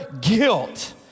guilt